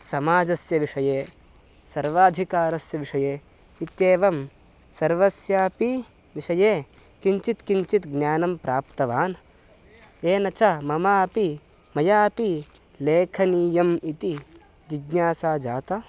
समाजस्य विषये सर्वाधिकारस्य विषये इत्येवं सर्वस्यापि विषये किञ्चित् किञ्चित् ज्ञानं प्राप्तवान् येन च ममापि मयापि लेखनीयम् इति जिज्ञासा जाता